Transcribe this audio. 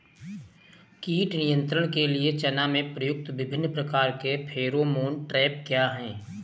कीट नियंत्रण के लिए चना में प्रयुक्त विभिन्न प्रकार के फेरोमोन ट्रैप क्या है?